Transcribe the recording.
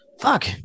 fuck